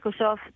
Microsoft